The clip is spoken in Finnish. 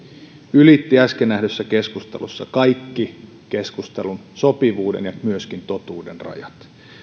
ylitti äsken nähdyssä keskustelussa kaikki keskustelun sopivuuden ja myöskin totuuden rajat